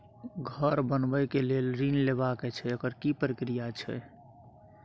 घर बनबै के लेल ऋण लेबा के छै एकर की प्रक्रिया छै?